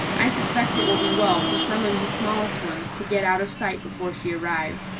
i suspect it will be well for some of you smallest ones to get out of sight before she arrives.